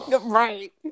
Right